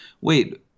Wait